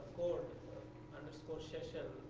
for underscore session,